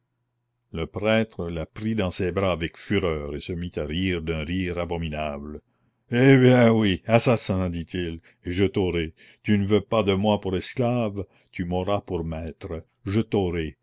le prêtre la prit dans ses bras avec fureur et se mit à rire d'un rire abominable eh bien oui assassin dit-il et je t'aurai tu ne veux pas de moi pour esclave tu m'auras pour maître je t'aurai